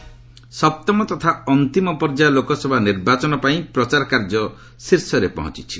campaigning ସପ୍ତମ ତଥା ଅନ୍ତିମ ପର୍ଯ୍ୟାୟ ଲୋକସଭା ନିର୍ବାଚନ ପାଇଁ ପ୍ରଚାର କାର୍ଯ୍ୟ ଶୀର୍ଷରେ ପହଞ୍ଚିଛି